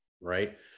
right